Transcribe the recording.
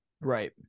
Right